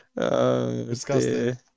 Disgusting